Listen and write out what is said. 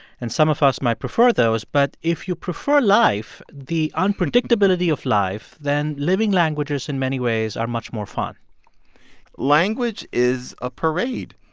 and some of us might prefer those. but if you prefer life the unpredictability of life then living language in many ways are much more fun language is a parade,